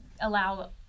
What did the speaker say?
allow